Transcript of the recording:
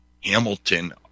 Hamilton